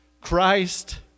christ